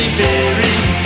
buried